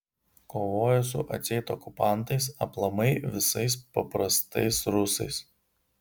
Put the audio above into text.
kovojo su atseit okupantais aplamai visais paprastais rusais